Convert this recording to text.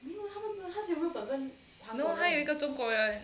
no 他有一个中国人